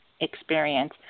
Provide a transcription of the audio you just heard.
experience